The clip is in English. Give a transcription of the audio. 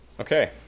Okay